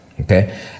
Okay